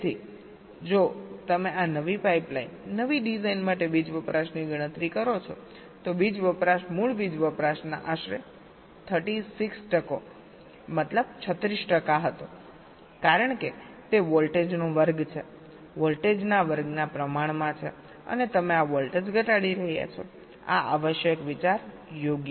તેથી જો તમે આ નવી પાઇપલાઇન નવી ડિઝાઇન માટે વીજ વપરાશની ગણતરી કરો છો તો વીજ વપરાશ મૂળ વીજ વપરાશના આશરે 36 ટકા હતોકારણ કે તે વોલ્ટેજનો વર્ગ છે વોલ્ટેજના વર્ગના પ્રમાણમાં છે અને તમે આ વોલ્ટેજ ઘટાડી રહ્યા છો આ આવશ્યક વિચાર યોગ્ય છે